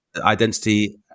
identity